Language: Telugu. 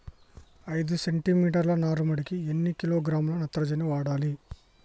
ఐదు సెంటిమీటర్ల నారుమడికి ఎన్ని కిలోగ్రాముల నత్రజని వాడాలి?